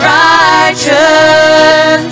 righteous